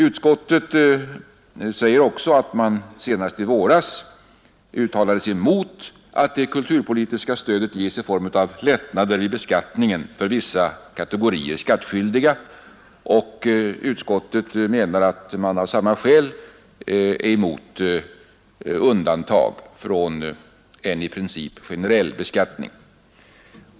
Utskottet säger också att man senast i våras uttalade sig emot att det kulturpolitiska stödet ges i form av lättnader i beskattningen för vissa kategorier skattskyldiga, och utskottet menar att man av samma skäl är emot undantag från en i princip generell beskattning.